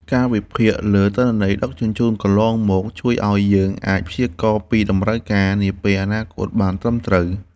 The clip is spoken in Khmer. ការវិភាគលើទិន្នន័យដឹកជញ្ជូនកន្លងមកជួយឱ្យយើងអាចព្យាករណ៍ពីតម្រូវការនាពេលអនាគតបានត្រឹមត្រូវ។